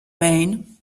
maine